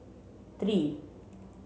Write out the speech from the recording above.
three